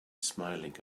smiling